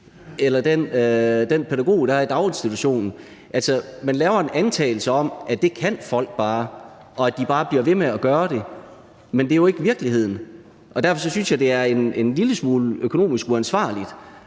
eller for den pædagog, der er i daginstitutionen? Man laver en antagelse om, at det kan folk bare, og at de bare bliver ved med at gøre det. Men det er jo ikke virkeligheden, og derfor synes jeg, det er en lille smule økonomisk uansvarligt,